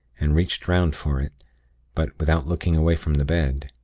and reached round for it but without looking away from the bed.